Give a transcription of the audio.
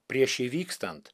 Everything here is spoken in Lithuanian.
prieš įvykstant